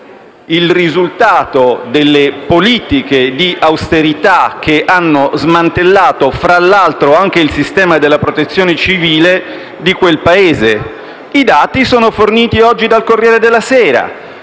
il risultato delle politiche di austerità che hanno smantellato, fra l'altro, anche il sistema della protezione civile di quel Paese. I dati sono forniti oggi dal «Corriere della sera»;